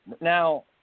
Now